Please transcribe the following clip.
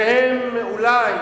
שהם אולי